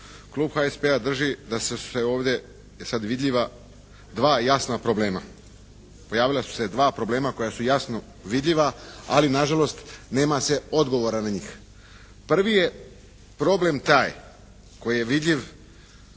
klub HSP-a da je ovdje sada vidljiva dva jasna problema. Pojavila su se dva problema koja su jasno vidljiva ali nažalost nema se odgovora na njih. Prvi je problem taj koji je vidljiv